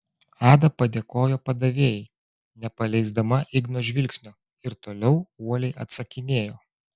ada padėkojo padavėjai nepaleisdama igno žvilgsnio ir toliau uoliai atsakinėjo